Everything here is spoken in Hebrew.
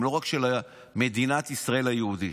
הם לא רק של מדינת ישראל היהודית,